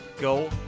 Go